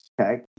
Okay